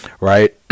right